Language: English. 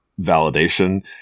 validation